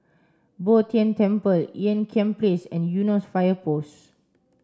Bo Tien Temple Ean Kiam Place and Eunos Fire Post